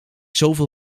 zoveel